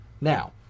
Now